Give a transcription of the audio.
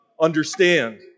understand